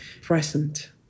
present